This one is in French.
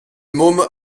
môme